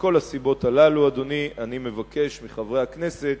ומכל הסיבות הללו, אדוני, אני מבקש מחברי הכנסת